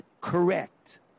correct